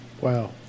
Wow